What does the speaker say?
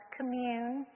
commune